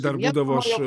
dar būdavo aš